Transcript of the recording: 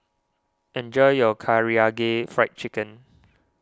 enjoy your Karaage Fried Chicken